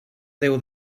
déu